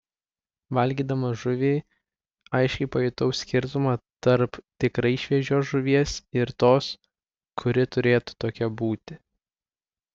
valgydama žuvį aiškiai pajutau skirtumą tarp tikrai šviežios žuvies ir tos kuri turėtų tokia būti